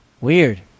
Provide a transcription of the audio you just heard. Weird